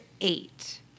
eight